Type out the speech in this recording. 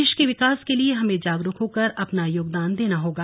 देश के विकास के लिए हमें जागरूक होकर अपना योगदान देना होगा